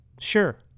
Sure